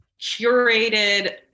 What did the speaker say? curated